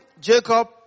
Jacob